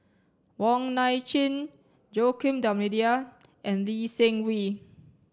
Wong Nai Chin Joaquim D'almeida and Lee Seng Wee